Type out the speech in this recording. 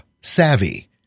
savvy